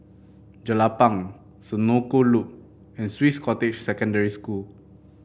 Jelapang Senoko Loop and Swiss Cottage Secondary School